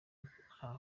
nta